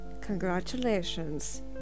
Congratulations